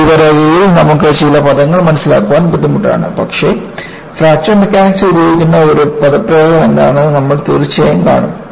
ഈ രൂപരേഖയിൽ നമുക്ക് ചില പദങ്ങൾ മനസ്സിലാക്കാൻ ബുദ്ധിമുട്ടാണ് പക്ഷേ ഫ്രാക്ചർ മെക്കാനിക്സിൽ ഉപയോഗിക്കുന്ന ഒരു പദപ്രയോഗം എന്താണെന്ന് നമ്മൾ തീർച്ചയായും കാണും